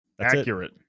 Accurate